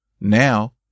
now